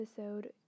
episode